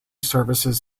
services